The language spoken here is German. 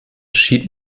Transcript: schied